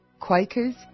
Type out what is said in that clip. Quakers